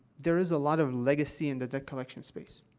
there is a lot of legacy in the debt collection space.